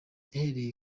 yahereye